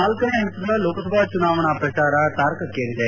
ನಾಲ್ಲನೇ ಹಂತದ ಲೋಕಸಭಾ ಚುನಾವಣೆ ಪ್ರಚಾರ ತಾರಕಕೇರಿದೆ